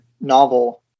novel